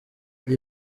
iyi